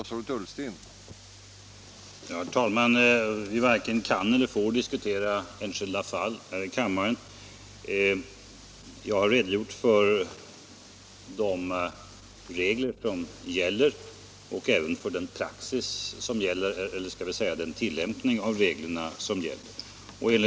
Herr talman! Vi varken kan eller får diskutera enskilda fall här i kammaren. Jag har redogjort för de regler som gäller och även för den tilllämpning av reglerna som förekommer.